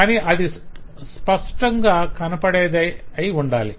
కాని అది స్పష్టంగా కనపడేదై ఉండాలి